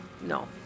no